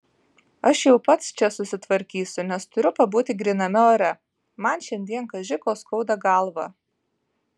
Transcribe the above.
aš jau pats čia susitvarkysiu nes turiu pabūti gryname ore man šiandien kaži ko skauda galvą